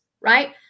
right